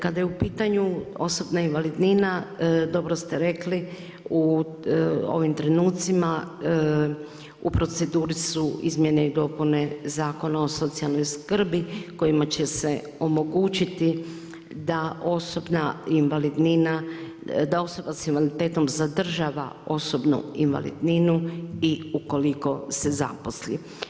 Kada je u pitanju osobna invalidnina dobro ste rekli u ovim trenucima u proceduri su izmjene i dopune Zakona o socijalnoj skrbi kojima će se omogućiti da osoba s invaliditetom zadržava osobnu invalidninu i ukoliko se zaposli.